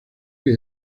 que